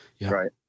Right